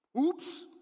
oops